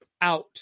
out